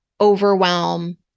overwhelm